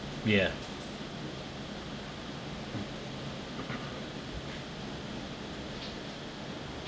ya